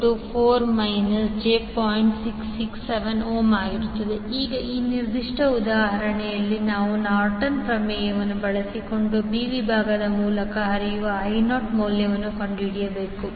667 ಈಗ ಈ ನಿರ್ದಿಷ್ಟ ಉದಾಹರಣೆಯಲ್ಲಿ ನಾವು ನಾರ್ಟನ್ ಪ್ರಮೇಯವನ್ನು ಬಳಸಿಕೊಂಡು ಬಿ ವಿಭಾಗದ ಮೂಲಕ ಹರಿಯುವ I0ಮೌಲ್ಯವನ್ನು ಕಂಡುಹಿಡಿಯಬೇಕು